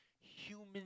human